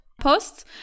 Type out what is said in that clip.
posts